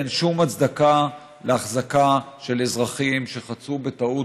אין שום הצדקה להחזקה של אזרחים שחצו בטעות,